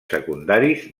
secundaris